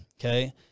okay